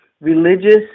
religious